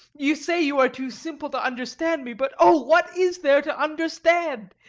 you say you are too simple to understand me but, oh, what is there to understand?